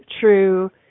true